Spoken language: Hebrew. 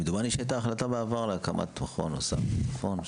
כמדומני שהייתה החלטה בעבר להקמת מכון נוסף, נכון?